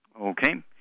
Okay